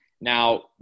Now